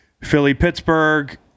Philly-Pittsburgh